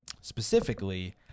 specifically